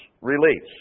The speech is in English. release